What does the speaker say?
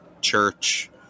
church